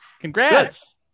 Congrats